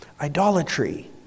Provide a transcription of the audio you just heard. Idolatry